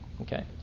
Okay